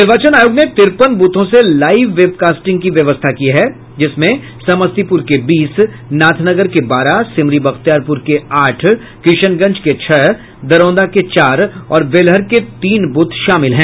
निर्वाचन आयोग ने तिरपन ब्रथों से लाइव वेबकास्टिंग की व्यवस्था की है जिसमें समस्तीपुर के बीस नाथनगर के बारह सिमरी बख्तियारपुर के आठ किशनगंज के छह दरौंदा के चार और बेलहर के तीन बूथ शामिल हैं